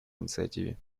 инициативе